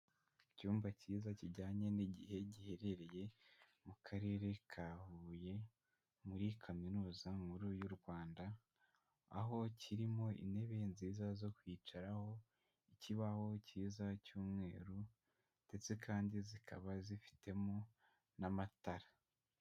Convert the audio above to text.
Icyumba kiza kijyanye n'igihe giherereye mu Karere ka Huye muri Kaminuza nkuru y'u Rwanda, aho kirimo intebe nziza zo kwicaraho, ikibaho kiza cy'umweru ndetse kandi zikaba zifitemo n'amatara.